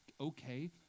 okay